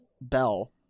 Bell